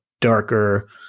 darker